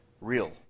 real